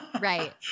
Right